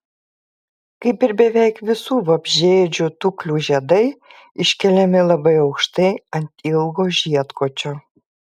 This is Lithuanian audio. kaip ir beveik visų vabzdžiaėdžių tuklių žiedai iškeliami labai aukštai ant ilgo žiedkočio